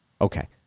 Okay